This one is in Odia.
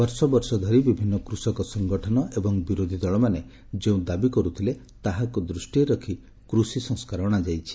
ବର୍ଷ ବର୍ଷ ଧରି ବିଭିନ୍ନ କୃଷକ ସଂଗଠନ ଏବଂ ବିରୋଧୀ ଦଳମାନେ ଯେଉଁ ଦାବି କରୁଥିଲେ ତାହାକୁ ଦୃଷ୍ଟିରେ ରଖି କୃଷି ସଂସ୍କାର ଅଣାଯାଇଛି